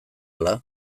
ala